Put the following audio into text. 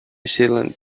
zealand